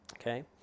Okay